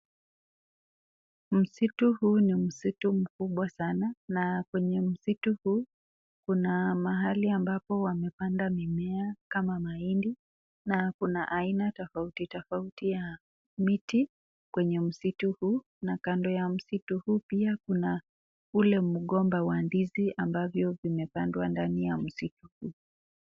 Msitu huu ni msitu mkubwa sana na kwenye msitu huu kuna mahali ambapo wamepanda mimea kama mahindi na kuna aina tofauti tofauti ya miti kwenye msitu huu na kando ya msitu huu pia kuna ule mgomba wa ndizi ambavyo vimepandwa ndani ya msitu huu.